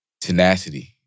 tenacity